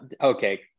okay